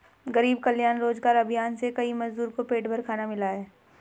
गरीब कल्याण रोजगार अभियान से कई मजदूर को पेट भर खाना मिला है